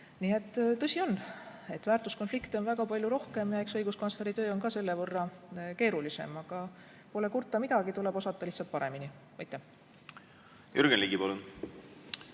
Nii et tõsi on, et väärtuskonflikte on väga palju rohkem ja eks õiguskantsleri töö on selle võrra keerulisem. Aga kurta pole midagi, tuleb osata lihtsalt paremini. Jürgen Ligi,